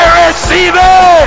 receive